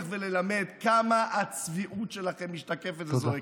וללמד כמה הצביעות שלכם משתקפת וזועקת.